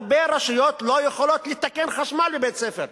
הרבה רשויות לא יכולות לתקן חשמל בבתי-ספר,